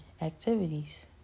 activities